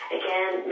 again